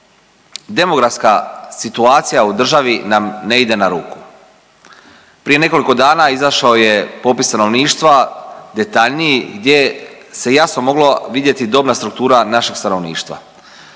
demografska situacija u državi nam ne ide na ruku. Prije nekoliko dana izašao je popis stanovništva detaljniji gdje se jasno mogla vidjeti dobna struktura našeg stanovništva,